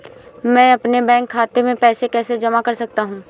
मैं अपने बैंक खाते में पैसे कैसे जमा कर सकता हूँ?